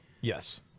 Yes